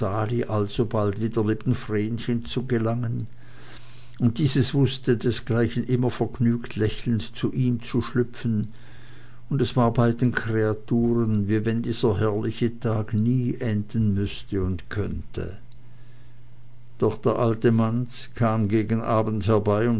alsobald wieder neben vrenchen zu gelangen und dieses wußte desgleichen immer vergnügt lächelnd zu ihm zu schlüpfen und es war beiden kreaturen wie wenn dieser herrliche tag nie enden müßte und könnte doch der alte manz kam gegen abend herbei